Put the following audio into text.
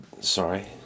Sorry